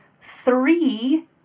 three